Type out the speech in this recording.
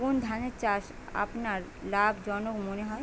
কোন ধানের চাষ আপনার লাভজনক মনে হয়?